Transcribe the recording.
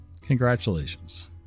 Congratulations